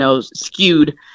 skewed